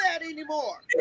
anymore